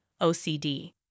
OCD